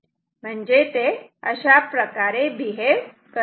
म्हणजे ते अशाप्रकारे बिहेव करते